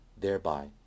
thereby